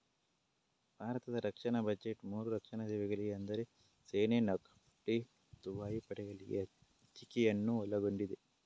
ಭಾರತದ ರಕ್ಷಣಾ ಬಜೆಟ್ ಮೂರು ರಕ್ಷಣಾ ಸೇವೆಗಳಿಗೆ ಅಂದರೆ ಸೇನೆ, ನೌಕಾಪಡೆ ಮತ್ತು ವಾಯುಪಡೆಗಳಿಗೆ ಹಂಚಿಕೆಯನ್ನು ಒಳಗೊಂಡಿದೆ